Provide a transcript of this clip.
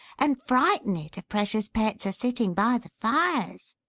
and frighten it, a precious pets, a sitting by the fires!